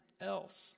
else